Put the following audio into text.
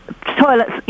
toilets